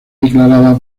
declarada